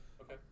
Okay